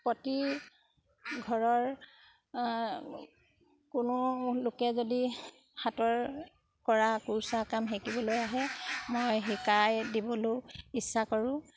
প্ৰতি ঘৰৰ কোনো লোকে যদি হাতৰ কৰা কুৰুচা কাম শিকিবলৈ আহে মই শিকাই দিবলৈও ইচ্ছা কৰোঁ